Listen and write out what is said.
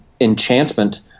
Enchantment